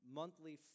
monthly